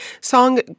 Song